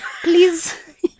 please